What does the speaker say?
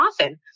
often